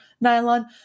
Nylon